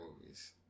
movies